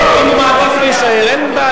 לא, לא, אם הוא מעדיף להישאר, אין בעיה.